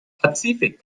pazifik